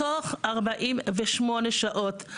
תוך 48 שעות,